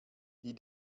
die